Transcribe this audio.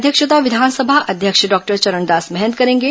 अध्यक्षता विधानसभा अध्यक्ष डॉक्टर चरणदास महंत करेंगे